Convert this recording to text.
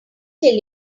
tell